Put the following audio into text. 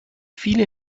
viele